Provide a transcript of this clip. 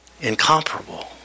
incomparable